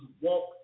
walk